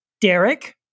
Derek